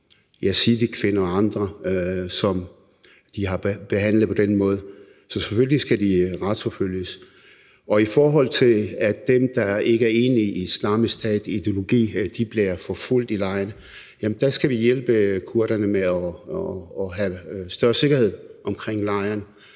yazidikvinder og andre, som de har behandlet på den måde. Så selvfølgelig skal de retsforfølges. I forhold til det om, at dem, der ikke er enig i islamisk stats ideologi, bliver forfulgt i lejren, jamen så skal vi hjælpe kurderne med at få større sikkerhed omkring lejren.